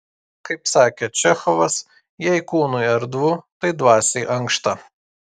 kaip sakė čechovas jei kūnui erdvu tai dvasiai ankšta